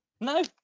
No